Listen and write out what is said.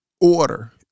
order